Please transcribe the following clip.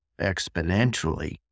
exponentially